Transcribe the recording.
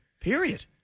period